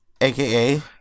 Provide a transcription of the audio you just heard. AKA